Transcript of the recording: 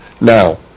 Now